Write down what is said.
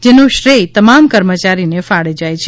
જેનો શ્રેથ તમામ કર્મચારીને ફાળે જાય છે